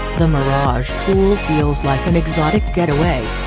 the mirage pool feels like an exotic getaway.